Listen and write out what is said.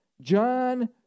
John